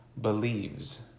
believes